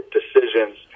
decisions